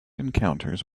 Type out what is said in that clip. encounters